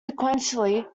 sequentially